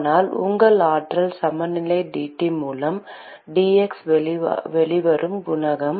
அதனால் உங்கள் ஆற்றல் சமநிலையில் dT மூலம் dx வெளிவரும் குணகம்